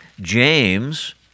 James